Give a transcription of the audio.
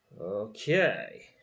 Okay